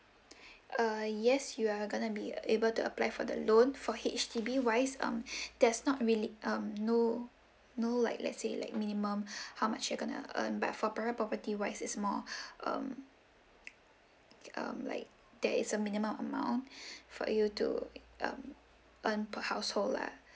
uh yes you are gonna be able to apply for the loan for H_T_B wise um there's not really um no no like let's say like minimum how much you're gonna um but for private property wise it's more um um like there is a minimum amount for you to um earn per household lah